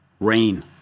Rain